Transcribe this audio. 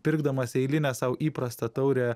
pirkdamas eilinę sau įprastą taurę